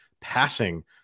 passing